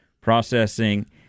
processing